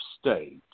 state